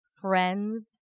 friends